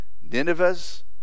Nineveh's